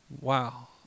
Wow